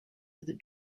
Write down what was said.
that